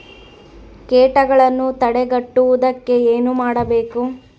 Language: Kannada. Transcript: ಕೇಟಗಳನ್ನು ತಡೆಗಟ್ಟುವುದಕ್ಕೆ ಏನು ಮಾಡಬೇಕು?